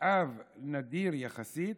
משאב נדיר יחסית,